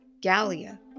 Gallia